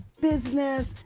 business